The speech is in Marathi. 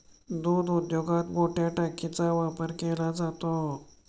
दूध उद्योगात मोठया टाकीचा वापर केला जातो